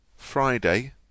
FRIDAY